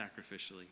sacrificially